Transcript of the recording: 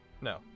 No